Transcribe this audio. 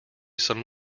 some